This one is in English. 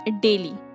daily